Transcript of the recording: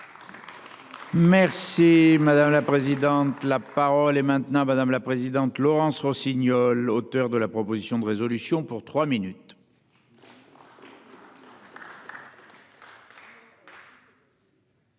Merci. Madame la présidente. La parole est maintenant madame la présidente Laurence Rossignol, auteur de la proposition de résolution pour 3 minutes.